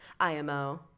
IMO